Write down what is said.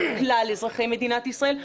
כלל אזרחי מדינת ישראל,